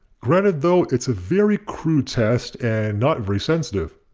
granted though it's a very crude test and not very sensitive.